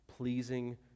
pleasing